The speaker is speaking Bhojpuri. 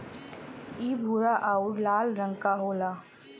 इ भूरा आउर लाल रंग क होला